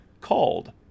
called